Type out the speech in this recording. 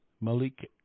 Malik